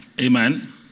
Amen